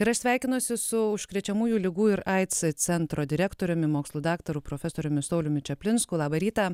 ir aš sveikinuosi su užkrečiamųjų ligų ir aids centro direktoriumi mokslų daktaru profesoriumi sauliumi čaplinsku labą rytą